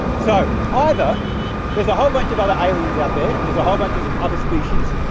so, either there's a whole bunch of other aliens out there, and there's a whole bunch of other species,